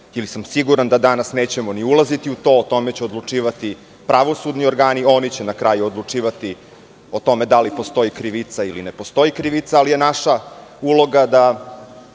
ili sam siguran da danas nećemo ni ulaziti u to, o tome će odlučivati pravosudni organi i oni će na kraju odlučivati o tome da li postoji krivica ili ne, ali naša je uloga da